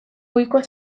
goiko